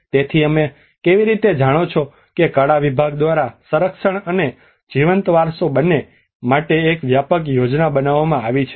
તેથી તમે કેવી રીતે જાણો છો કે કળા વિભાગ દ્વારા સંરક્ષણ અને જીવંત વારસો બંને માટે એક વ્યાપક યોજના બનાવવામાં આવી છે